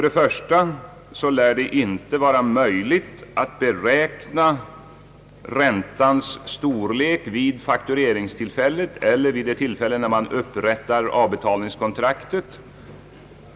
Det lär inte vara möjligt att beräkna räntans storlek vid faktureringstillfället eller vid det tillfälle när man upprättar avbetalningskontraktet.